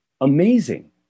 amazing